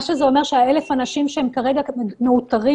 מה שזה אומר ש-1,000 אנשים שכרגע מאותרים